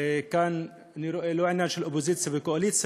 כאן אני לא רואה אפילו עניין של אופוזיציה וקואליציה.